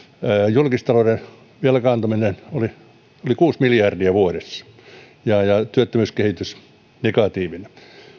julkistalouden velkaantuminen oli yli kuusi miljardia vuodessa ja ja työttömyyskehitys negatiivinen